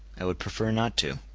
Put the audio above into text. i would prefer not to.